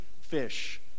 fish